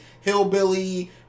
hillbilly